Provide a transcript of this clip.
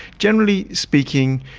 generally speaking,